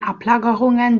ablagerungen